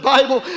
Bible